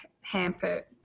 hamper